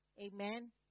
Amen